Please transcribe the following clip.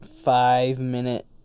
five-minute